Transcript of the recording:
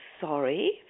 sorry